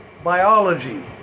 biology